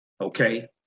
okay